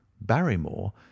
barrymore